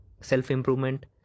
self-improvement